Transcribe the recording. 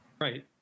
Right